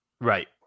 Right